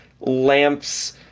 lamps